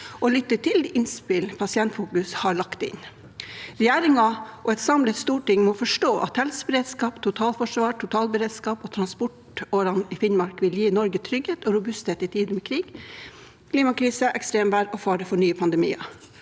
og lyttet til innspill Pa sientfokus har lagt inn. Regjeringen og et samlet storting må forstå at helseberedskap, totalforsvar, totalberedskap og transportårer i Finnmark vil gi Norge trygghet og robusthet i tider med krig, klimakrise, ekstremvær og fare for nye pandemier.